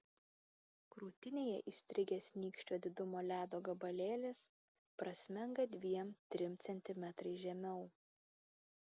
krūtinėje įstrigęs nykščio didumo ledo gabalėlis prasmenga dviem trim centimetrais žemiau